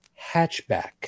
hatchback